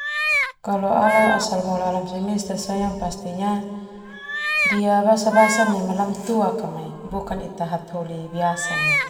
pastinya dia basa basan neme lamatuak bukan ita hataholi biasa.